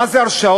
מה זה הרשאות?